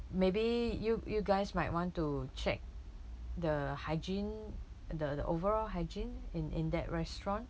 maybe you you guys might want to check the hygiene the the overall hygiene in in that restaurant